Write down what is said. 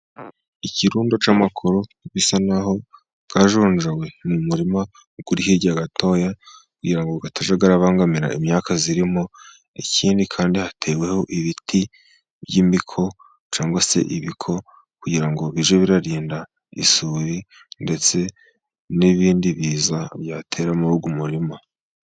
Ikirundo cy'amakoro bisa naho yajonjowe mu murima uri hirya gatoya, kugira ngo atajya abangamira imyaka irimo. Ikindi kandi hateweho ibiti by'imiko cyangwa se ibiko kugira ngo bijye birarinda isuri ndetse n'ibindi biza byatera mu murima.